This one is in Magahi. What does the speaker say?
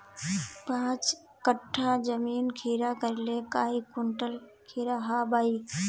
पाँच कट्ठा जमीन खीरा करले काई कुंटल खीरा हाँ बई?